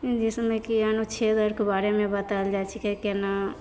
जिसमे कि अनुच्छेद आरके बारमे बताएल जाइत छिकै केना